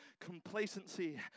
complacency